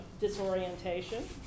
disorientation